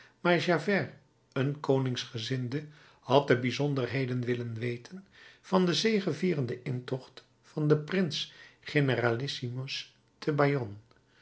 maar javert een koningsgezinde had de bijzonderheden willen weten van den zegevierenden intocht van den prins generalissimus te bayonne